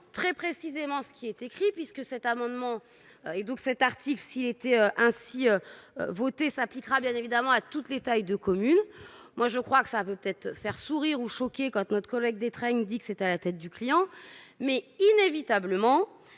très précisément ce qui est écrit, puisque cet amendement et donc cet article, s'il était ainsi voter s'appliquera bien évidemment à toutes les tailles de communes, moi je crois que ça peut-être faire sourire ou choqués, quoique notre collègue Détraigne dit que c'est à la tête du client, mais inévitablement